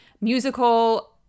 musical